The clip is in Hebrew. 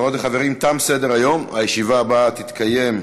נא להצביע: